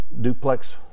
duplex